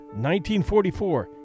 1944